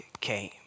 came